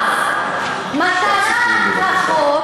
מטרת החוק,